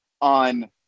On